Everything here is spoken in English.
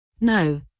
No